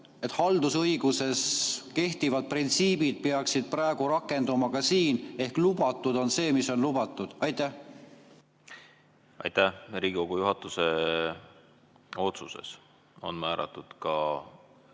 et haldusõiguses kehtivad printsiibid peaksid praegu rakenduma ka siin ehk lubatud on see, mis on lubatud? Aitäh! Riigikogu juhatuse otsuses on määratletud ka